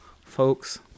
folks